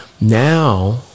Now